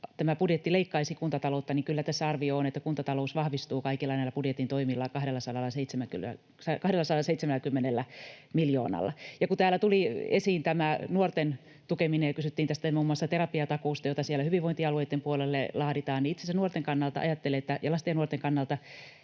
tämä budjetti leikkaisi kuntataloutta, niin kyllä tässä arvio on, että kuntatalous vahvistuu kaikilla näillä budjetin toimilla 270 miljoonalla. Ja kun täällä tuli esiin tämä nuorten tukeminen ja kysyttiin muun muassa tästä terapiatakuusta, jota siellä hyvinvointialueitten puolelle laaditaan, niin itsensä lasten ja nuorten kannalta